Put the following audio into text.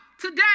today